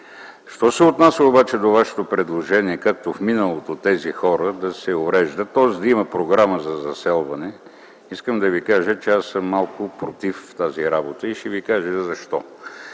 Що се отнася обаче до Вашето предложение както в миналото тези хора да се уреждат, тоест да има програма за заселване, искам да Ви кажа, че аз съм малко против тази работа и ще Ви кажа защо.